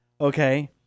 okay